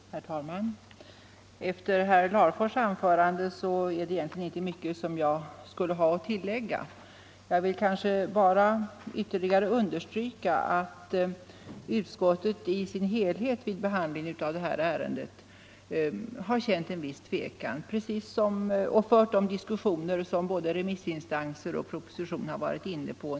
Herr talman! Efter herr Larfors” anförande har jag egentligen inte mycket att tillägga. Jag vill bara ytterligare understryka att utskottet i dess helhet vid behandlingen av detta ärende känt en viss tvekan och fört just de diskussioner som både remissinstanser och proposition berört.